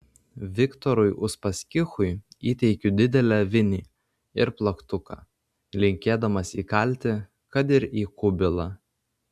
viktorui uspaskichui įteikiu didelę vinį ir plaktuką linkėdamas įkalti kad ir į kubilą